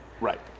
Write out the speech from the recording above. right